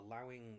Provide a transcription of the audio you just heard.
allowing